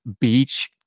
beach